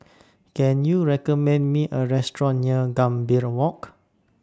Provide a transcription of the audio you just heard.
Can YOU recommend Me A Restaurant near Gambir Walk